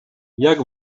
jak